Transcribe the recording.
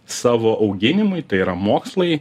savo auginimui tai yra mokslai